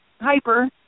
hyper